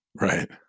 Right